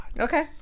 Okay